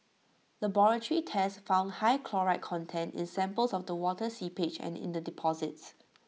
laboratory tests found high chloride content in samples of the water seepage and in the deposits